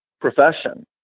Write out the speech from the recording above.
profession